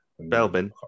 Belbin